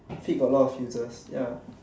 fit got a lot of uses ya